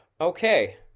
okay